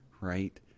right